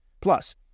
Plus